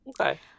Okay